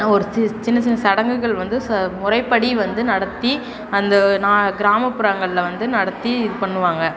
ஒரு சின்ன சின்ன சடங்குகள் வந்து முறைப்படி வந்து நடத்தி அந்த நான் கிராமப்புறங்களில் வந்து நடத்தி இது பண்ணுவாங்க